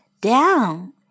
down